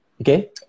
okay